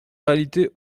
réalité